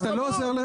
זה לא קשור להסכמות.